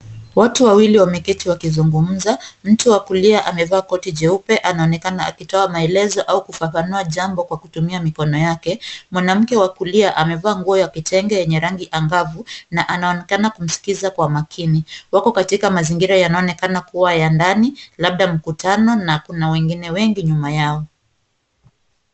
Watu wawili wameketi wakizungumza . Mtu wa kulia amevaa koti jeupe anaonekana akitoa maelezo au kufafanua jambo kwa kutumia mikono yake. Mwanamke wa kulia amevaa nguo ya kitenge yenye rangi angavu na anaonekana kumsikiza kwa makini. Wako katika mazingira yanayoonekana kuwa ya ndani labda mkutano na kuna wengine wengi nyuma yao.